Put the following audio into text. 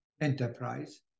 enterprise